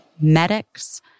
medics